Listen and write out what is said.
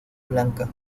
blanca